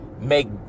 make